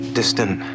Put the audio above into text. distant